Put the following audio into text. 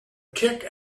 kick